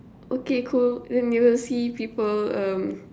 okay cool then you will see people um